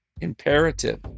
imperative